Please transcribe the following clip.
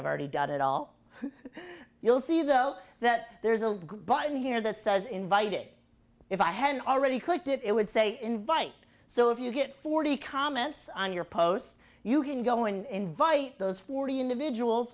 i've already done it all you'll see though that there's a good button here that says invited if i had already cooked it would say invite so if you get forty comments on your post you can go and invite those forty individuals